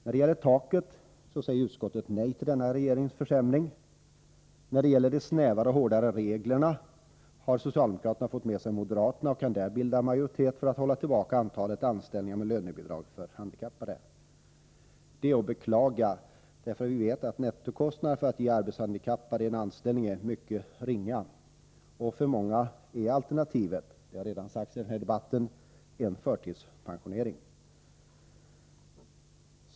När det gäller ”taket” säger utskottet nej till denna regeringens försämring. När det gäller de snävare och hårdare reglerna har socialdemokraterna fått med sig moderaterna och kan därmed bilda majoritet för att hålla tillbaka antalet anställningar med lönebidrag för handikappade. Det är att beklaga, därför att vi vet att nettokostnaderna för att ge de arbetshandikappade en anställning är mycket ringa. För många är alternativet — det har redan sagts i dagens debatt — förtidspensionering.